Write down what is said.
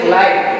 life